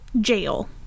Jail